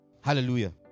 Hallelujah